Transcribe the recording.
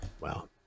Wow